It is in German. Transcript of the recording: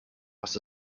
was